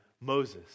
Moses